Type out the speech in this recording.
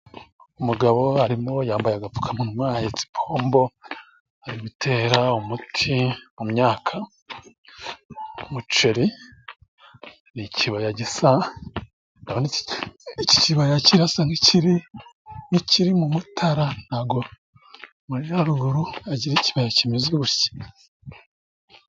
Umugabo arimo yambaye agapfukamunwa ahetse ipombo ari gutera umuti mu myaka, umuceri. Ndabona iki kibaya, kirasa nikiri mu Mutara ntago amajaruguru agira ikibaya kimeze gutya.